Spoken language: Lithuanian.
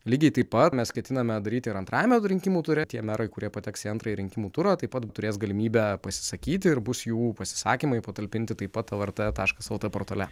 lygiai taip pat mes ketiname daryti ir antrajame rinkimų ture tie merai kurie pateks į antrąjį rinkimų turą taip pat turės galimybę pasisakyti ir bus jų pasisakymai patalpinti taip pat lrt taška lt portale